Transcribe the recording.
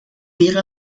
wäre